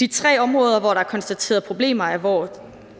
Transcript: De tre områder, hvor der er konstateret problemer, er